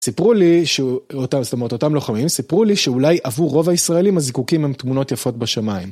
סיפרו לי ש... זאת אומרת, אותם לוחמים סיפרו לי שאולי עבור רוב הישראלים הזיקוקים הם תמונות יפות בשמיים.